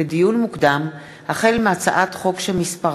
שעה